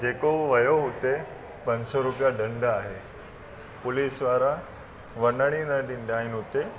जेको वियो हुते पंज सौ रुपया दंड आहे पुलिस वारा वञण ई न ॾींदा आहिनि हुते